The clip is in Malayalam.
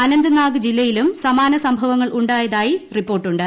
അനന്ത്നാഗ് ജില്ലയില്പുഴും സമാന സംഭവങ്ങൾ ഉണ്ടായതായി റിപ്പോർട്ടുണ്ട്